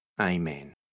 Amen